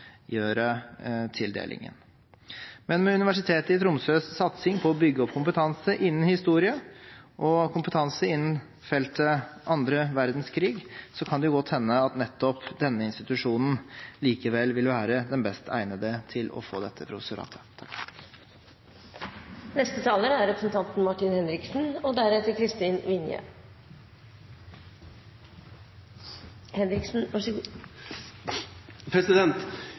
tildelingen. Men med Universitetet i Tromsøs satsing på å bygge opp kompetanse innen historie og innen feltet annen verdenskrig, kan det jo godt hende at nettopp denne institusjonen likevel vil være den best egnede til å få dette professoratet. Historien om annen verdenskrig er